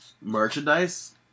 Merchandise